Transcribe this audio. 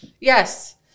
Yes